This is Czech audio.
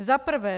Za prvé.